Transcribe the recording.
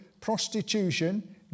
prostitution